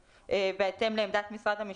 ובהתאם לעמדת משרד המשפטים,